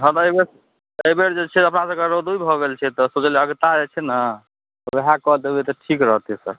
हँ तऽ अइ बेर अइ बेर जे छै अपना सबके रौदी भऽ गेल छै तऽ सोचलियै अगता जे छै ने वएह कऽ देबय तऽ ठीक रहतइ तऽ